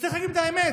צריך להגיד את האמת,